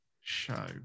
show